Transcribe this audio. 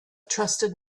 trusted